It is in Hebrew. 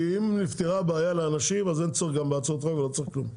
כי אם נפתרה הבעיה לאנשים אז אין צורך גם בהצעות חוק ולא צריך כלום.